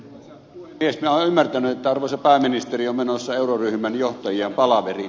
minä olen ymmärtänyt että arvoisa pääministeri on menossa euroryhmän johtajien palaveriin